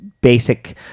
basic